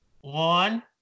One